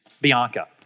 Bianca